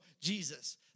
Jesus